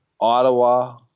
Ottawa